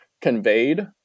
conveyed